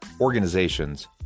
organizations